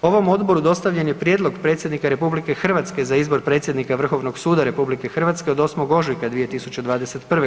Ovom odboru dostavljen je prijedlog Predsjednika RH za izbor predsjednika Vrhovnog suda RH od 8. ožujka 2021.